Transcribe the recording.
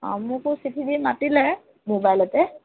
অঁ মোকো চিঠি দি মাতিলে ম'বাইলতে